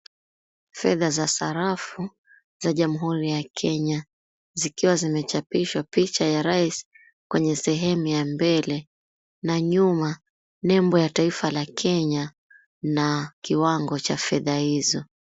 Fedha za sarafu za Jamhuri ya Kenya, zikiwa zimechapishwa picha ya rais kwenye sehemu ya mbele. Na nyuma, nembo ya taifa la Kenya, na kiwango cha fedha hizo.